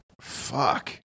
Fuck